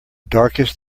darkest